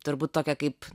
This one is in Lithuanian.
turbūt tokią kaip